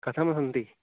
कथं सन्ति